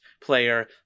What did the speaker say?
player